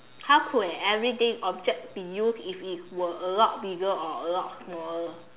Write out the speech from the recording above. how could an everyday object be used if it were a lot bigger or a lot smaller